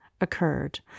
occurred